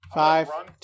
five